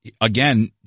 again